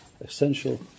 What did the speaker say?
essential